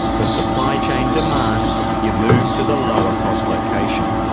the supply chain demands you move to the lower cost location.